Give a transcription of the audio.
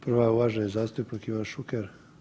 Prva je uvaženi zastupnik Ivan Šuker.